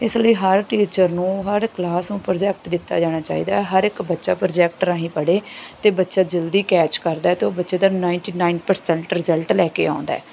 ਇਸ ਲਈ ਹਰ ਟੀਚਰ ਨੂੰ ਹਰ ਕਲਾਸ ਨੂੰ ਪ੍ਰੋਜੈਕਟ ਦਿੱਤਾ ਜਾਣਾ ਚਾਹੀਦਾ ਹਰ ਇੱਕ ਬੱਚਾ ਪ੍ਰੋਜੈਕਟ ਰਾਹੀਂ ਪੜ੍ਹੇ ਅਤੇ ਬੱਚਾ ਜਲਦੀ ਕੈਚ ਕਰਦਾ ਅਤੇ ਉਹ ਬੱਚੇ ਦਾ ਨਾਈਨਟੀ ਨਾਈਨ ਪਰਸੈਂਟ ਰਿਜਲਟ ਲੈ ਕੇ ਆਉਂਦਾ